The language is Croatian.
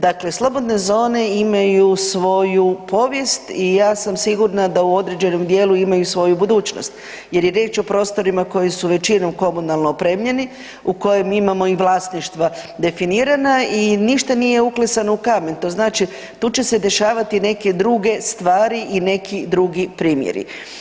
Dakle, slobodne zone imaju svoju povijest i ja sam sigurna da u određenom djelu imaju i svoju budućnost jer je riječ o prostorima koji su većinom komunalno opremljeni, u kojem imamo i vlasništva definirana i ništa nije uklesano u kamen, to znači tu će se dešavati neke druge stvari i neki drugi primjeri.